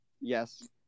Yes